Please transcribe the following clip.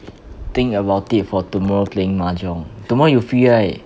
think about it for tomorrow playing mahjong tomorrow you free right